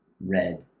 Red